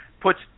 puts